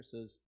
says